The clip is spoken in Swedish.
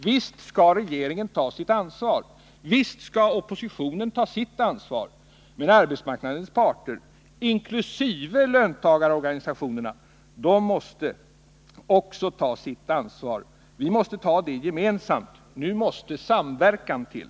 Visst skall regeringen ta sitt ansvar. Visst skall oppositionen ta sitt ansvar. Men också arbetsmarknadens parter, inkl. löntagarorganisa tionerna, måste ta sitt ansvar. Vi måste ta ansvaret gemensamt. Nu måste samverkan till.